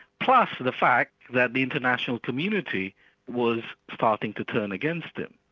plus the fact that the international community was starting to turn against him.